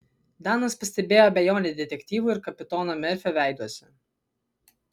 danas pastebėjo abejonę detektyvų ir kapitono merfio veiduose